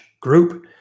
group